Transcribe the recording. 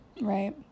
right